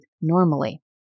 normally